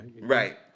right